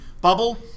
bubble